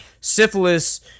syphilis